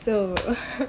so